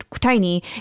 tiny